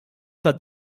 tad